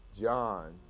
John